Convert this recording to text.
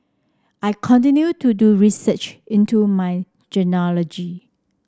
I continue to do research into my genealogy